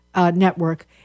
network